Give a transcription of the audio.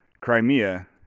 crimea